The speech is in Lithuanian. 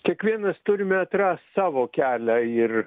kiekvienas turime atrast savo kelią ir